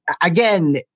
again